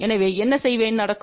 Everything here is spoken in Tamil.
எனவே என்ன செய்வேன் நடக்கும்